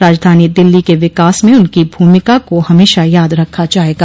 राजधानी दिल्ली के विकास में उनकी भूमिका को हमशा याद रखा जायेगा